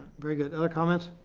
very good. other comments?